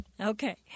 Okay